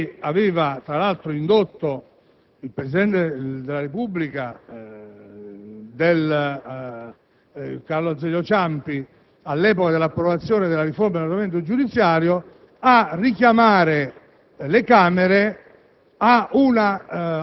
circostanza aveva tra l'altro indotto il presidente della Repubblica Carlo Azeglio Ciampi, all'epoca dell'approvazione della riforma dell'ordinamento giudiziario, a richiamare le Camere